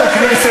איך אמרת?